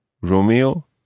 Romeo